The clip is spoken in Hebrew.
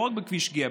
לא רק בכביש גהה,